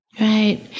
Right